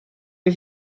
est